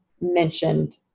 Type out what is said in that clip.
mentioned